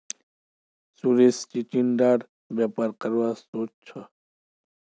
सुरेश चिचिण्डार व्यापार करवा सोच छ